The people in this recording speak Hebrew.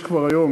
יש כבר היום,